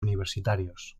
universitarios